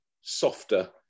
softer